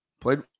played